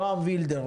נועם וילדר,